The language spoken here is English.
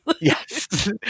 Yes